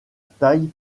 taille